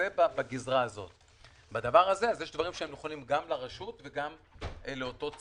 יש דברים שכנונים גם לרשות וגם לציבור.